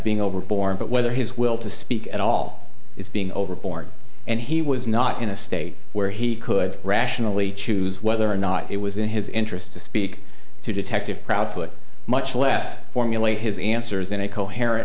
being overboard but whether his will to speak at all is being overboard and he was not in a state where he could rationally choose whether or not it was in his interest to speak to detective proudfoot much less formulate his answers in a coherent